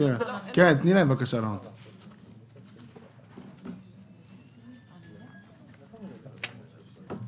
אתם רוצים התייעצות סיעתית כדי שתוכלו להשיב?